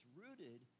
rooted